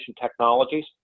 technologies